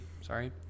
sorry